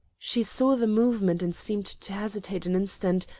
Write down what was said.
she saw the movement and seemed to hesitate an instant,